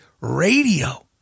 radio